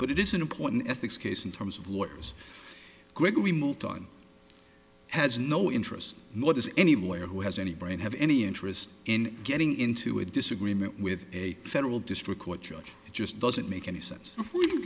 but it is an important ethics case in terms of lawyers gregory moved on has no interest nor does any lawyer who has any brains have any interest in getting into a disagreement with a federal district court judge it just doesn't make any sense if we do